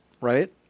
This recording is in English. right